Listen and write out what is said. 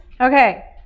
Okay